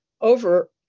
over